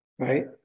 Right